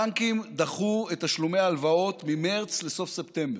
הבנקים דחו את תשלומי ההלוואות ממרץ לסוף ספטמבר.